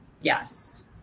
Yes